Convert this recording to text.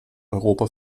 europa